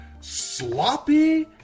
sloppy